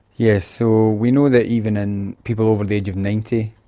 yes, so we know that even in people over the age of ninety,